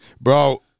bro